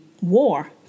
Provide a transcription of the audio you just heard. war